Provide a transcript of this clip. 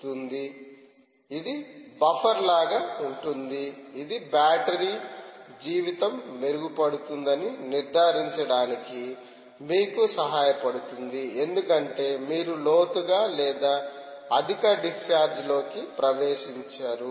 కాబట్టి ఇది బఫర్ లాగా ఉంటుంది ఇది బ్యాటరీ జీవితం మెరుగుపడుతుందని నిర్ధారించడానికి మీకు సహాయపడుతుంది ఎందుకంటే మీరు లోతుగా లేదా అధిక డిశ్చార్జ్ లోకి ప్రవేశించరు